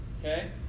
okay